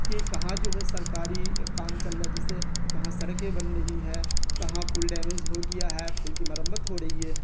کہ کہاں جو ہے سرکاری کام چل رہا ہے جیسے کہاں سڑکیں بن رہی ہیں کہاں پل ڈیمیز ہو گیا ہے پل کی مرمت ہو رہی ہے